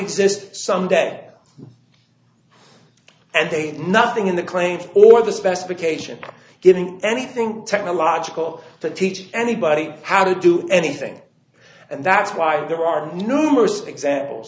exist someday and they had nothing in the claims or the specification giving anything technological to teach anybody how to do anything and that's why there are numerous examples